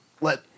let